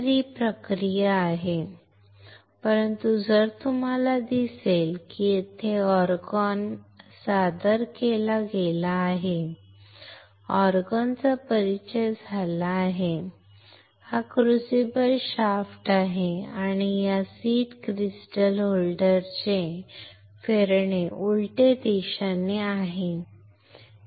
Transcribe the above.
ही प्रक्रिया बरोबर आहे परंतु जर तुम्हाला दिसले की येथे आर्गॉन सादर केला गेला आहे आर्गॉनचा परिचय झाला आहे हा क्रुसिबल शाफ्ट आहे आणि या सीड होल्डर चे फिरणे उलट दिशेने आहे